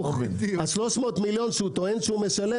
ה-300 מיליון שהוא טוען שהוא משלם,